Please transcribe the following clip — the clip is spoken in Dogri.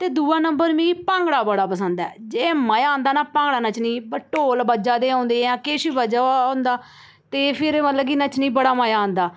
ते दूआ नंबर मिगी भांगड़ा बड़ा पसंद ऐ जे मज़ा आंदा ना भांगडा नच्चने ई ढोल बज्जा दे होंदे ऐ किश बी बज्जा दा होंदा ते फिर मतलब नच्चने ई बड़ा मज़ा आंदा